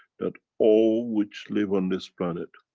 that all which live on this planet,